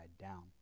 down